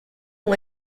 ont